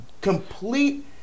complete